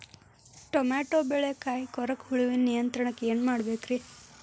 Tomato ಬೆಳೆಯ ಕಾಯಿ ಕೊರಕ ಹುಳುವಿನ ನಿಯಂತ್ರಣಕ್ಕ ಏನ್ ಮಾಡಬೇಕ್ರಿ?